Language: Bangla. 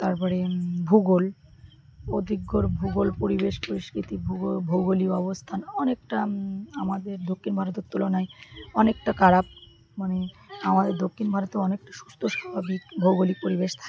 তারপরে ভূগোল অধিক্ঞর ভূগোল পরিবেশ পরিস্কিতি ভূগো ভৌগলিক অবস্থান অনেকটা আমাদের দক্ষিণ ভারতের তুলনায় অনেকটা খারাপ মানে আমাদের দক্ষিণ ভারতে অনেকটা সুস্থ স্বাভাবিক ভৌগলিক পরিবেশ থাকে